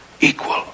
equal